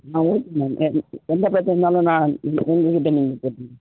நான் மேம் எ எந்த பிரச்சனை இருந்தாலும் நான் உங்கள்கிட்ட நீங்கள்